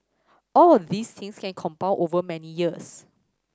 all of these things can compound over many years